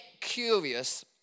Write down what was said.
curious